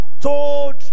told